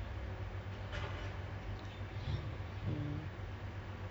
ya it's it's too quiet it's really quiet it's it's quiet to the